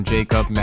Jacob